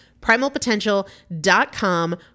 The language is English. Primalpotential.com